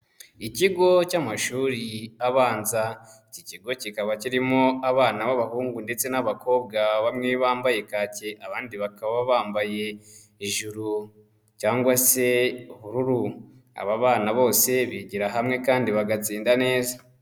Ikigo cy'amashuri abanza, iki kigo kikaba kirimo abana b'abahungu ndetse n'abakobwa bamwe bambaye kaki abandi bakaba bambaye ijuru cyangwa se ubururu aba bana bose bigira hamwe kandi bagatsinda neza.